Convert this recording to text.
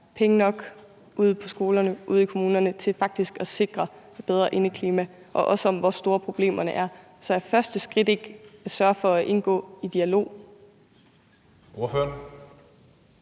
penge nok ude på skolerne og ude i kommunerne til faktisk at sikre bedre indeklima, og også på, hvor store problemerne er. Så er første skridt ikke at sørge for at indgå i en dialog? Kl.